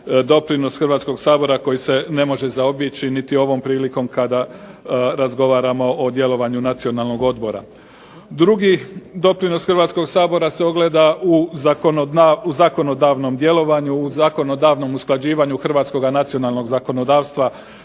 doprinos Hrvatskog sabora koji se ne može zaobići niti ovom prilikom kada razgovaramo o djelovanju Nacionalnog odbora. Drugi doprinos Hrvatskog sabora se ogleda u zakonodavnom djelovanju, u zakonodavnom usklađivanju hrvatskoga nacionalnog zakonodavstva